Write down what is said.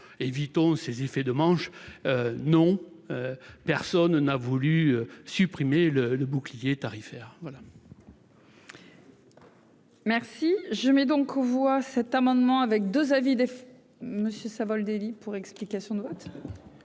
évitons ces effets de manche, non, personne n'a voulu supprimer le bouclier tarifaire voilà. Merci, je mets donc aux voix cet amendement avec 2 à. Monsieur Savoldelli pour explication de vote.